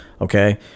Okay